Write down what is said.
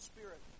Spirit